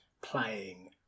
playing